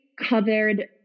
covered